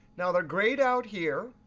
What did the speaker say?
now, they're grayed out here.